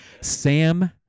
Sam